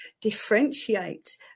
differentiate